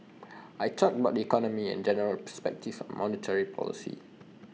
I talked about the economy and general perspectives on monetary policy